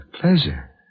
pleasure